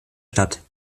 stadt